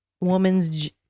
woman's